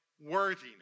worthiness